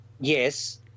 Yes